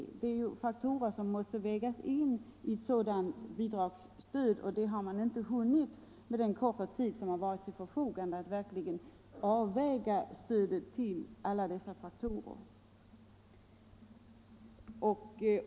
Detta är faktorer som måste vägas in i ett bidragssystem. Med den korta tid som stått till förfogande har man inte hunnit att verkligen avväga stödet med hänsyn till alla dessa faktorer.